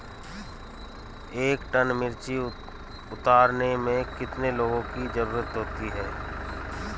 एक टन मिर्ची उतारने में कितने लोगों की ज़रुरत होती है?